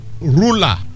ruler